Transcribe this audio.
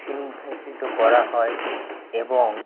করা হয় এবং